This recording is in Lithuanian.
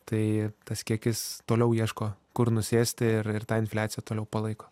tai tas kiekis toliau ieško kur nusėsti ir ir tą infliaciją toliau palaiko